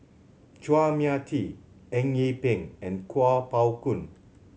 Chua Mia Tee Eng Yee Peng and Kuo Pao Kun